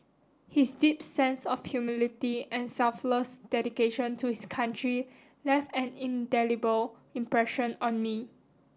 his deep sense of humility and selfless dedication to his country left an indelible impression on me